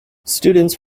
students